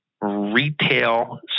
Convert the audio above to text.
Retail